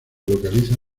localiza